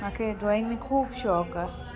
मूंखे ड्रॉइंग में ख़ूबु शौक़ आहे